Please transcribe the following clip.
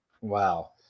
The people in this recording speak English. Wow